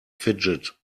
fidget